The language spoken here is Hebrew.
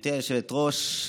גברתי היושבת-ראש,